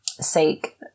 sake